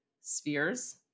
spheres